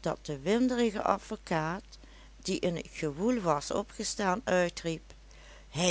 dat de winderige advocaat die in t gewoel was opgestaan uitriep hij